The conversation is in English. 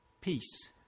Peace